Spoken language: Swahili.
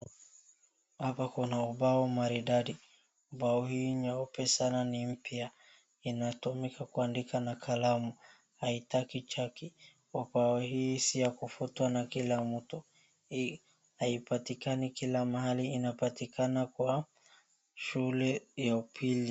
Hapa kuna ubao maridadi. Ubao hii nyepe sana ni mpya. Inatumika kuandika na kalamu, haitaki chaki, ubao hii si ya kufutwa na kila mtu, hii haipatikani kila mahali inapatikana kwa shule ya upili.